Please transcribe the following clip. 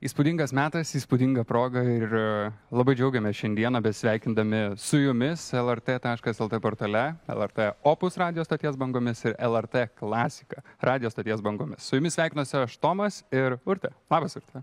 įspūdingas metas įspūdinga proga ir labai džiaugiamės šiandieną besisveikindami su jumis lrt taškas lt portale lrt opus radijo stoties bangomis ir lrt klasika radijo stoties bangomis su jumis sveikinuosi aš tomas ir urtė labas urte